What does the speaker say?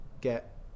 get